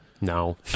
No